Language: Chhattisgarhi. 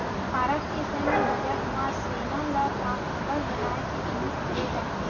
भारत के सैन्य बजट म सेना ल ताकतबर बनाए के उदिम करे जाथे